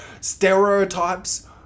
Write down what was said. stereotypes